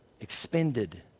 expended